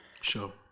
Sure